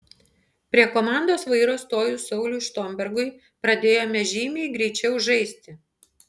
prie komandos vairo stojus sauliui štombergui pradėjome žymiai greičiau žaisti